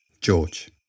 George